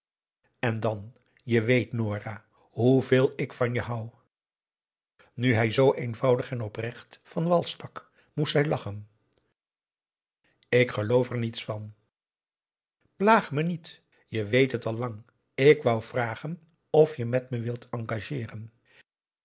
en dan je weet nora hoeveel ik van je hou nu hij zoo eenvoudig en oprecht van wal stak moest zij lachen ik geloof er niets van plaag me niet je weet het al lang ik wou vragen of je je met me wilt engageeren